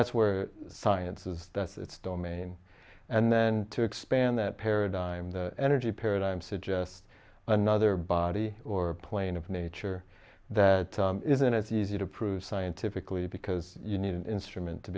that's where science is that's its domain and then to expand that paradigm the energy paradigm suggest another body or plane of nature that isn't as easy to prove scientifically because you need an instrument to